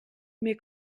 mir